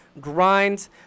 grind